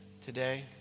today